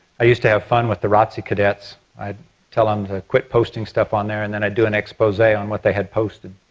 i used to have fun with the rotc cadets, i'd tell them to quit posting stuff on there and then i'd do an expose on what they had posted.